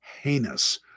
heinous